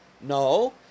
No